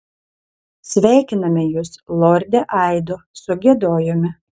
sveikiname jus lorde aido sugiedojome